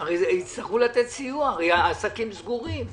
הרי יצטרכו לתת סיוע הרי העסקים סגורים.